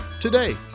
today